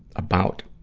about,